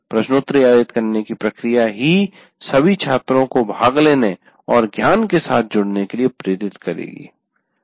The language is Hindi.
प्रश्नोत्तरी आयोजित करने की प्रक्रिया ही सभी छात्रों को भाग लेने और ज्ञान के साथ जुड़ने के लिए प्रेरित करेगी